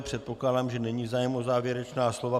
Předpokládám, že není zájem o závěrečná slova.